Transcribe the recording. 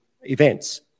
events